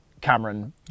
Cameron